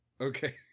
Okay